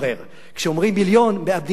כשאומרים מיליון, מאבדים את התחושה.